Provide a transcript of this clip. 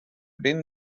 been